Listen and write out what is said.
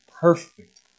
perfect